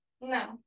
No